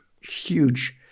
Huge